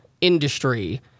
industry